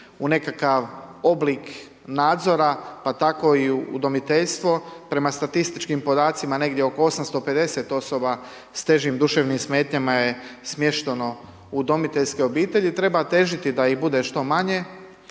u nekakav oblik nadzora, pa tako i udomiteljstvo. Prema statističkim podacima negdje oko 850 osoba s težim duševnim smetnjama je smješteno u udomiteljske obitelji. Treba težiti da ih bude što manje,